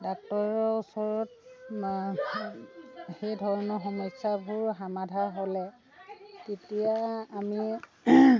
ডাক্টৰৰ ওচৰত সেই ধৰণৰ সমস্যাবোৰ সমাধা হ'লে তেতিয়া আমি